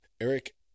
Eric